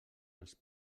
els